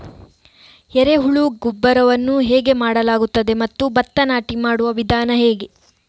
ಎರೆಹುಳು ಗೊಬ್ಬರವನ್ನು ಹೇಗೆ ಮಾಡಲಾಗುತ್ತದೆ ಮತ್ತು ಭತ್ತ ನಾಟಿ ಮಾಡುವ ವಿಧಾನ ಹೇಗೆ?